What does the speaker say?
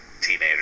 teenagers